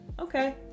okay